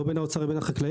לא בין האוצר לבין החקלאים,